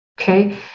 okay